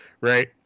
Right